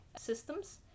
systems